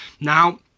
Now